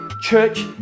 church